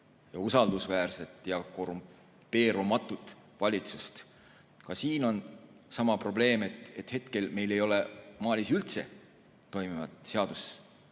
usaldusväärset ja korrumpeerumata valitsust. Ka siin on sama probleem: hetkel ei ole Malis üldse toimivat seaduslikku